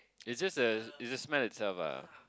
it's just the it's the smell itself ah